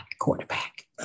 quarterback